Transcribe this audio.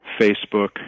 Facebook